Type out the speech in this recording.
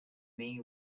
may